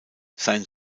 sein